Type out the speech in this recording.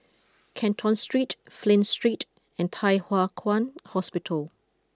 Canton Street Flint Street and Thye Hua Kwan Hospital